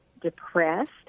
depressed